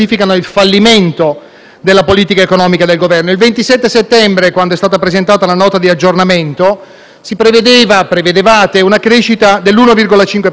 della politica economica del Governo. Il 27 settembre, quando è stata presentata la Nota di aggiornamento, prevedevate una crescita dell'1,5 per cento. Tre mesi dopo